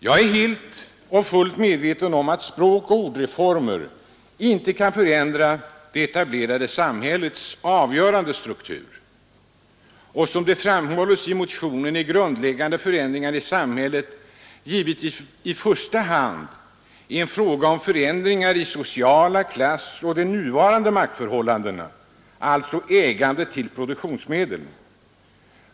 Jag är helt och fullt medveten om att språkoch ordreformer inte kan förändra det etablerade samhällets struktur på ett avgörande sätt. Som det framhålles i motionen är grundläggande förändringar i samhället givetvis i första hand en fråga om förändringar i sociala förhållanden, i klassoch maktförhållanden — förändringar i fråga om ägandet till produktionsmedlen.